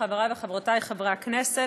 חברי וחברותי חברי הכנסת,